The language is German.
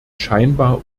scheinbar